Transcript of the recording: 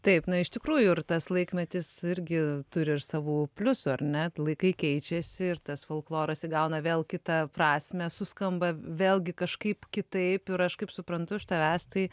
taip na iš tikrųjų ir tas laikmetis irgi turi savų pliusų ar ne laikai keičiasi ir tas folkloras įgauna vėl kitą prasmę suskamba vėlgi kažkaip kitaip ir aš kaip suprantu iš tavęs tai